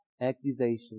accusations